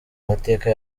mateka